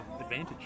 advantage